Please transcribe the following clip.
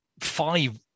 five